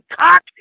cock